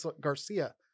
Garcia